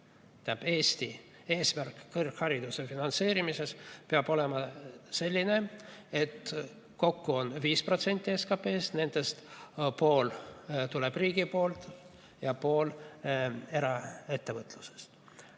Eesti eesmärk kõrghariduse finantseerimisel peab olema selline, et kokku on 5% SKP-st, sellest pool tuleb riigilt ja pool eraettevõtlusest.